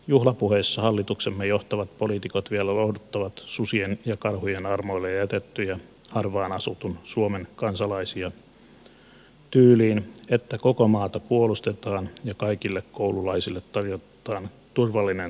juhlapuheissa hallituksemme johtavat poliitikot vielä lohduttavat susien ja karhujen armoille jätettyjä harvaan asutun suomen kansalaisia tyyliin että koko maata puolustetaan ja kaikille koululaisille tarjotaan turvallinen koulutie